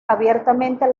abiertamente